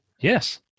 Yes